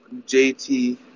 JT